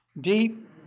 deep